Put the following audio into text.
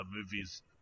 movies